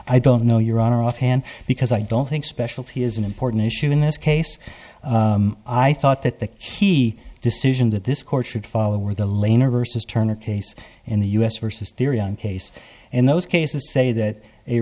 i don't know your honor offhand because i don't think specialty is an important issue in this case i thought that the key decision that this court should follow are the lane or versus turner case in the u s versus theory on case and those cases say that a